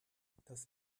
das